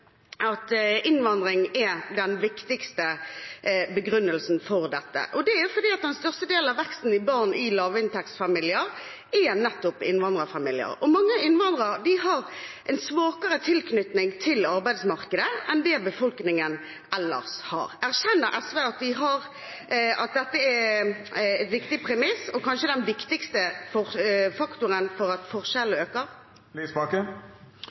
at innvandring er den viktigste begrunnelsen for dette. Det er fordi den største veksten av barn i lavinntektsfamilier er nettopp i innvandrerfamilier. Mange innvandrere har en svakere tilknytning til arbeidsmarkedet enn det befolkningen ellers har. Erkjenner SV at dette er et viktig premiss og kanskje den viktigste faktoren for at